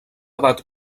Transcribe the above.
edat